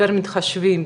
יותר מתחשבים,